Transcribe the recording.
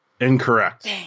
Incorrect